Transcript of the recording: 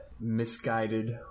misguided